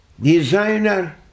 designer